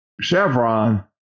Chevron